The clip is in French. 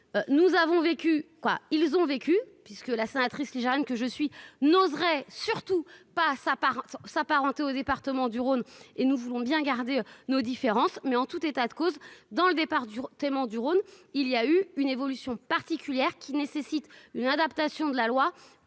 nous avons vécu quoi, ils ont vécu puisque la sénatrice libérale que je suis n'oserais surtout pas sa part s'apparenter au département du Rhône, et nous voulons bien garder nos différences, mais en tout état de cause dans le départ du tellement du Rhône il y a eu une évolution particulière qui nécessitent une adaptation de la loi